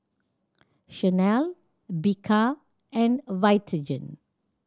Chanel Bika and Vitagen